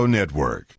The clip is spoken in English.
Network